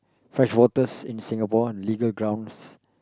fresh waters in Singapore legal grounds